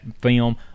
film